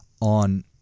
on